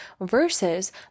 versus